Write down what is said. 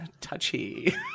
touchy